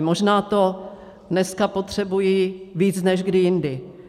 Možná to dneska potřebují víc než kdy jindy.